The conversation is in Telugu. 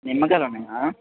నిమ్మకాయలున్నాయా